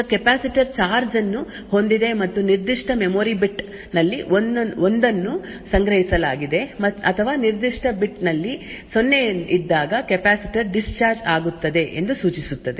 ಈಗ capacitor charge ಅನ್ನು ಹೊಂದಿದೆ ಮತ್ತು ನಿರ್ದಿಷ್ಟ ಮೆಮೊರಿ ಬಿಟ್ ನಲ್ಲಿ 1 ಅನ್ನು ಸಂಗ್ರಹಿಸಲಾಗಿದೆ ಅಥವಾ ನಿರ್ದಿಷ್ಟ ಬಿಟ್ ನಲ್ಲಿ 0 ಇದ್ದಾಗ ಕೆಪಾಸಿಟರ್ ಡಿಸ್ಚಾರ್ಜ್ ಆಗುತ್ತದೆ ಎಂದು ಸೂಚಿಸುತ್ತದೆ